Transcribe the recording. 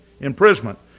imprisonment